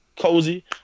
Cozy